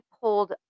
pulled